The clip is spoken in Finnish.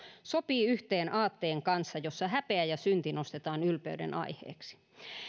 sopii yhteen aatteen kanssa jossa häpeä ja synti nostetaan ylpeyden aiheeksi